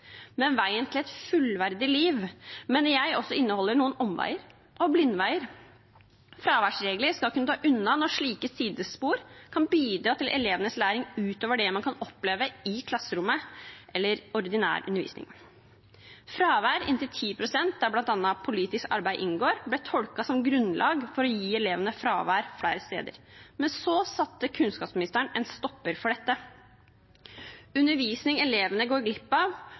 Men veien til et fullverdig liv mener jeg også inneholder noen omveier og blindveier. Fraværsregler skal kunne ta unna når slike sidespor kan bidra til elevenes læring utover det man kan oppleve i klasserommet eller ordinær undervisning. Fravær inntil 10 pst., der bl.a. politisk arbeid inngår, ble tolket som grunnlag for å gi elevene fravær flere steder, men så satte kunnskapsministeren en stopper for dette. Undervisning elevene går glipp av,